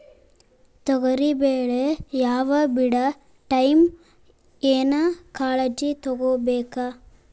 ತೊಗರಿಬೇಳೆ ಹೊವ ಬಿಡ ಟೈಮ್ ಏನ ಕಾಳಜಿ ತಗೋಬೇಕು?